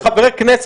אני שואל.